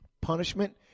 Punishment